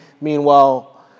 Meanwhile